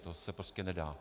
To se prostě nedá.